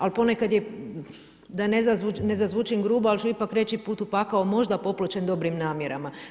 Ali ponekad, da ne zazvučim grubo ali ću ipak reći, put u pakao možda popločen dobrim namjerama.